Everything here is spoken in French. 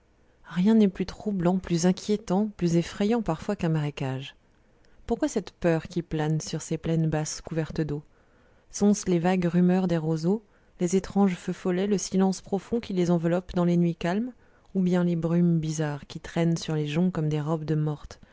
rien n'est plus troublant plus inquiétant plus effrayant parfois qu'un marécage pourquoi cette peur qui plane sur ces plaines basses couvertes d'eau sont-ce les vagues rumeurs des roseaux les étranges feux follets le silence profond qui les enveloppe dans les nuits calmes ou bien les brumes bizarres qui traînent sur les joncs comme des robes de mortes